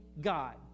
God